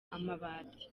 amabati